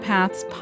Paths